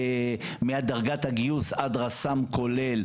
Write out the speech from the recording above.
מדרגת הגיוס עד רס"מ כולל,